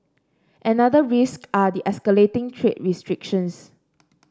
another risk are the escalating trade restrictions